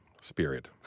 spirit